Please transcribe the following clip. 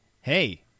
hey